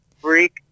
freak